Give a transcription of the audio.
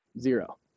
Zero